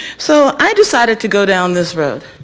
so i decided to go down this road.